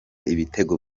ibitego